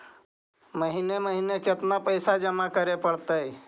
महिने महिने केतना पैसा जमा करे पड़तै?